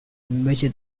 invece